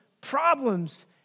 problems